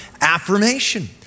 affirmation